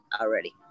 already